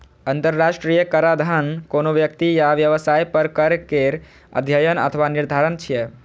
अंतरराष्ट्रीय कराधान कोनो व्यक्ति या व्यवसाय पर कर केर अध्ययन अथवा निर्धारण छियै